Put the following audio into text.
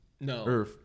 No